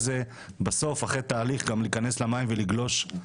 ובסוף אחרי תהליך גם להיכנס למים ולגלוש,